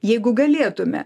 jeigu galėtume